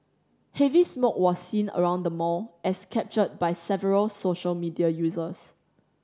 heavy smoke was seen around the mall as captured by several social media users